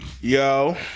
yo